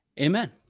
Amen